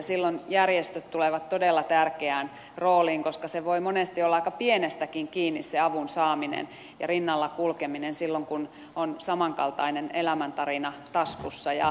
silloin järjestöt tulevat todella tärkeään rooliin koska monesti voi olla aika pienestäkin kiinni se avun saaminen ja rinnalla kulkeminen silloin kun on samankaltainen elämäntarina taskussa